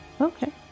Okay